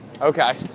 Okay